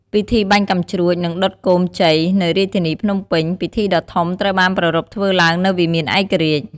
ពិធីបាញ់កាំជ្រួច និងដុតគោមជ័យ នៅរាជធានីភ្នំពេញ ពិធីដ៏ធំត្រូវបានប្រារព្ធធ្វើឡើងនៅវិមានឯករាជ្យ។